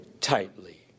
tightly